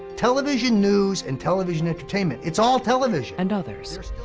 television news and television entertainment, it's all television. and others.